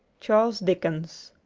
charles dickens